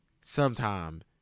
Sometime